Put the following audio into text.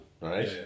right